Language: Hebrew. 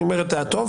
אני אומר את דעתו,